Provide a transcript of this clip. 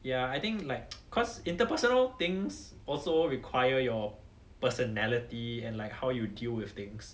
ya I think like cause interpersonal things also require your personality and like how you deal with things